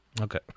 Okay